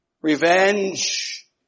revenge